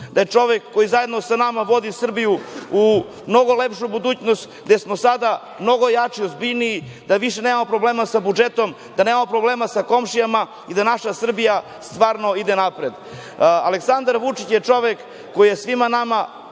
da je čovek koji zajedno sa nama vodi Srbiju u mnogo lepšu budućnost, gde smo sada mnogo jači, ozbiljniji, da više nemamo problema sa budžetom, da nemamo problema sa komšijama i da naša Srbija stvarno ide napred. Aleksandar Vučić je čovek koji je svima nama